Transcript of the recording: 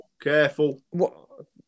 Careful